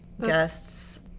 guests